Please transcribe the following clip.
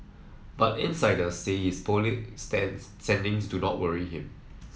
but insiders says his poll stands standings do not worry him